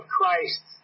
Christ